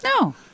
no